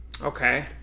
okay